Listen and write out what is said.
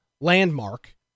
Landmark